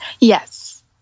Yes